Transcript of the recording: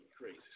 Crazy